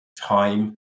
time